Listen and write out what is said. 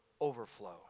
overflow